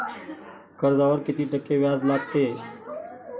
कर्जावर किती टक्के व्याज लागते?